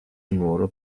nuoro